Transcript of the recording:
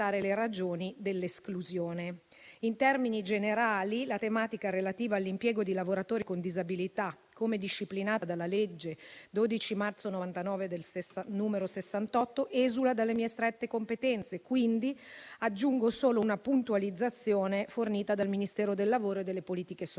In termini generali, la tematica relativa all'impiego di lavoratori con disabilità, come disciplinata dalla legge 12 marzo 1999, n. 68, esula dalle mie strette competenze. Aggiungo quindi solo una puntualizzazione fornita dal Ministero del lavoro e delle politiche sociali.